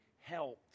helped